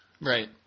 Right